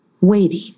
waiting